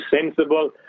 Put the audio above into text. sensible